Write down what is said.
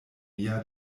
mia